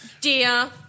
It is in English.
Dear